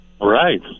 Right